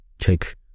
Check